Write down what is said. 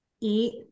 eat